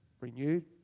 renewed